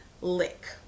lick